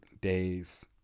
days